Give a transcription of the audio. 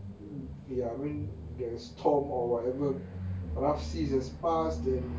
ya when the storm or whatever rough seasons pass then